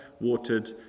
watered